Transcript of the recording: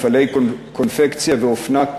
מפעלי קונפקציה ואופנה,